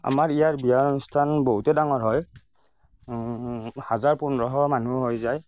আমাৰ ইয়াৰ বিয়াৰ অনুষ্ঠান বহুতেই ডাঙৰ হয় হাজাৰ পোন্ধৰশ মানুহ হৈ যায়